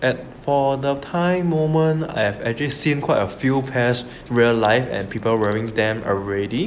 at for the time moment I've actually seen quite a few pairs real life and people wearing them already